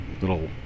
little